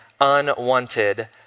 unwanted